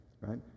right